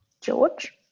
George